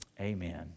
Amen